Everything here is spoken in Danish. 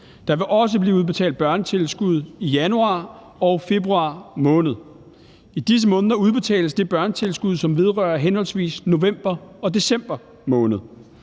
Der vil også blive udbetalt børnetilskud i januar og februar måned. I disse måneder udbetales det børnetilskud, som vedrører henholdsvis november og december måned.